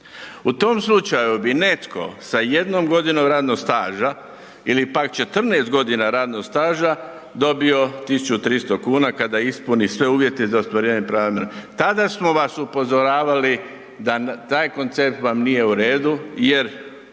U tom slučaju bi netko sa jednom godinom radnog staža ili pak 14 godina radnog staža dobio 1.300 kuna kada ispuni sve uvjete za ostvarenje prava. Tada smo vas upozoravali da vam taj koncept nije u redu jer